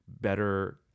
better